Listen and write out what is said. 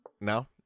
No